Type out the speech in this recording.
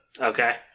Okay